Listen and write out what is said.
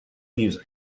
music